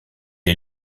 est